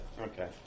Okay